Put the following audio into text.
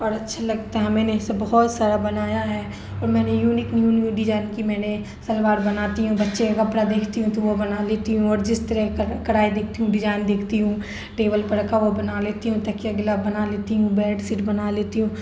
اور اچھا لگتا ہے میں نے ایسا بہت سارا بنایا ہے اور میں نے نیو نیو ڈیجائن کی میں نے شلوار بناتی ہوں بچے کا کپڑا دیکھتی ہوں تو وہ بنا لیتی ہوں اور جس طرح کا کرا کڑھائی دیکھتی ہوں ڈیجائن دیکھتی ہوں ٹیبل پر رکھا ہوا بنا لیتی ہوں تکیہ کا غلاف بنا لیتی ہوں بیڈ سیٹ بنا لیتی ہوں